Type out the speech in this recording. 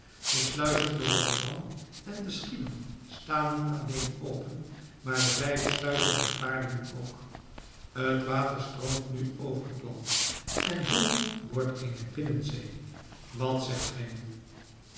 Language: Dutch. de sluizen te rotterdam en te schiedam staan niet alleen open maar de vijf sluizen bij vlaardingen ook het water stroomt nu over het land en holland wordt eene binnenzee wat zegt gij nu